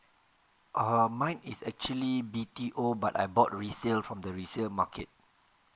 err mine is actually B_T_O but I bought resale from the resale market